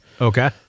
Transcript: Okay